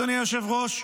אדוני היושב-ראש,